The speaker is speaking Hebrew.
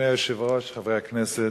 אדוני היושב-ראש, חברי הכנסת,